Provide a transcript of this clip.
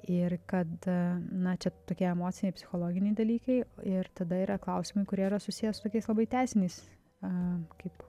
ir kad na čia tokie emociniai psichologiniai dalykai ir tada yra klausimų kurie yra susiję su tokiais labai teisiniais a kaip